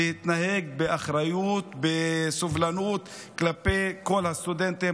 להתנהג באחריות ובסבלנות כלפי כל הסטודנטים,